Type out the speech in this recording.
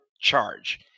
charge